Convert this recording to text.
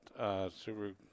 Subaru